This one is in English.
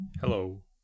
Hello